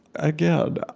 again,